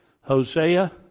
Hosea